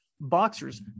Boxers